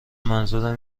منظورم